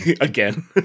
Again